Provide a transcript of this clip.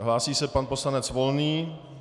Hlásí se pan poslanec Volný.